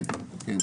כן.